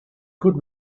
could